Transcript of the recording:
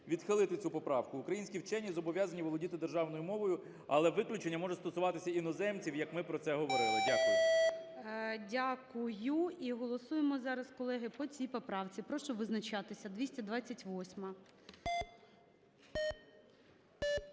відхилити цю поправку. Українські вчені зобов'язані володіти державною мовою, але виключення може стосуватися іноземців, як ми про це говорили. Дякую. ГОЛОВУЮЧИЙ. Дякую. І голосуємо зараз, колеги, по цій поправці. Прошу визначатися, 228-а.